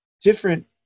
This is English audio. different